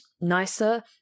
nicer